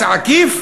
מס עקיף,